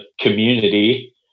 community